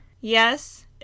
Yes